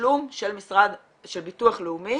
בתשלום של ביטוח לאומי